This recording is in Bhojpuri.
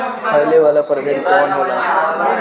फैले वाला प्रभेद कौन होला?